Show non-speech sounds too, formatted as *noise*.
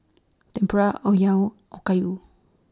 Tempura *unintelligible* Okayu